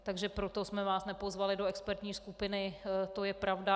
Takže proto jsme vás nepozvali do expertní skupiny, to je pravda.